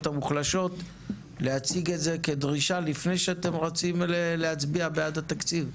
המוחלשות להציג את זה כדרישה לפני שאתם רצים להצביע בעד התקציב,